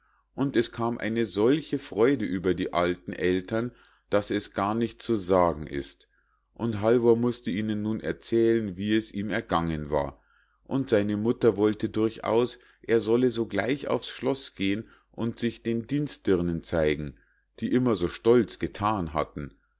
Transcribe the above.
und es kam eine solche freude über die alten ältern daß es gar nicht zu sagen ist und halvor mußte ihnen nun erzählen wie es ihm ergangen war und seine mutter wollte durchaus er solle sogleich auf's schloß gehen und sich den dienstdirnen zeigen die immer so stolz gethan hatten